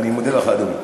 אני מודה לך, אדוני.